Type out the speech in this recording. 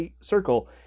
circle